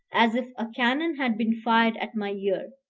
as if a cannon had been fired at my ear.